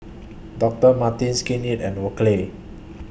Doctor Martens Skin Inc and Oakley